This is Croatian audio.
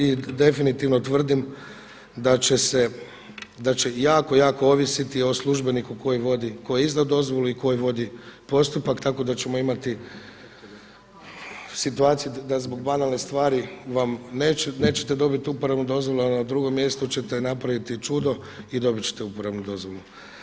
I definitivno tvrdim da će jako, jako ovisiti o službeniku koji izda dozvolu i koji vodi postupak, tako da ćemo imati situaciju da zbog banalne stvari nećete dobiti uporabnu dozvolu, a na drugom mjestu ćete napraviti čudo i dobit ćete uporabnu dozvolu.